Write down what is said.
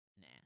Nah